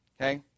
Okay